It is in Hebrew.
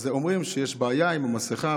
אומרים שיש בעיה עם המסכה,